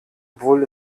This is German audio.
obwohl